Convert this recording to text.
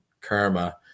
karma